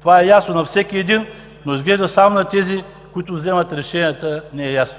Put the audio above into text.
Това е ясно на всеки един, но изглежда само на тези, които вземат решенията, не е ясно.